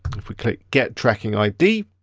if we click get tracking id.